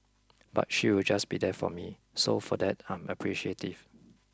but she'll just be there for me so for that I'm appreciative